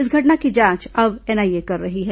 इस घटना की जांच अब एनआईए कर रही है